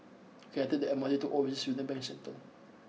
can I take the M R T to Overseas Union Bank Centre